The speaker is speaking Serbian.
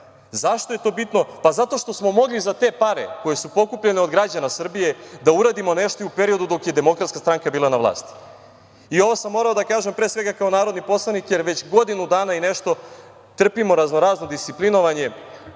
Zašto je to bitno? Pa, zato što smo mogli za te pare, koje su pokupljene od građana Srbije, da uradimo nešto i u periodu dok je DS bila na vlasti. Ovo sam morao da kažem pre svega kao narodni poslanik, jer već godinu dana i nešto trpimo razno razne disciplinovanje